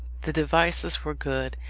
the devices were good,